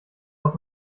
aus